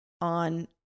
on